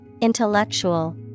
intellectual